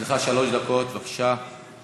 שלוש דקות, בבקשה.